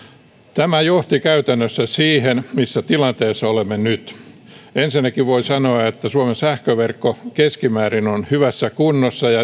tämä johti käytännössä siihen missä tilanteessa olemme nyt ensinnäkin voi sanoa että suomen sähköverkko keskimäärin on hyvässä kunnossa mutta